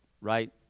right